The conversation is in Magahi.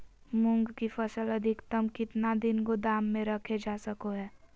मूंग की फसल अधिकतम कितना दिन गोदाम में रखे जा सको हय?